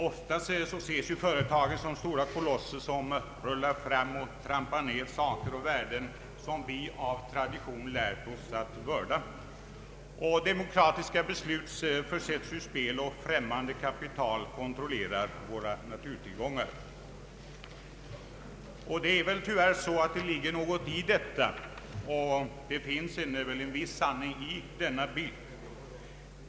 Ofta ses företagen som stora kolosser, som rullar fram och trampar ned saker och värden, som vi av tradition lärt oss vörda. Demokratiska beslut försätts ur spel, och främmande kapital kontrollerar våra naturtillgångar. Det är väl tyvärr så att det ligger något i detta — det finns en viss sanning i denna bild.